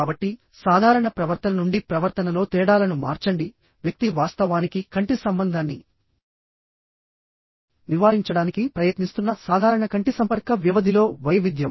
కాబట్టి సాధారణ ప్రవర్తన నుండి ప్రవర్తనలో తేడాలను మార్చండి వ్యక్తి వాస్తవానికి కంటి సంబంధాన్ని నివారించడానికి ప్రయత్నిస్తున్న సాధారణ కంటి సంపర్క వ్యవధిలో వైవిధ్యం